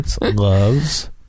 loves